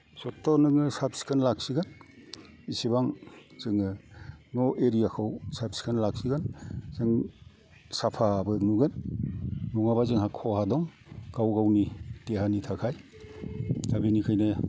जथ्थ नोङो साब सिखोन लाखिगोन इसिबां जोङो न' एरिया खौ साब सिखोन लाखिगोन जों साफाबो नुगोन नङाबा जोंहा खहा दं गाव गावनि देहानि थाखाय दा बिनिखायनो